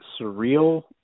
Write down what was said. surreal